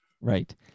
right